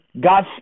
God